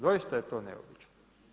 Doista je to neobično.